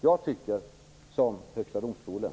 Jag tycker som Högsta domstolen.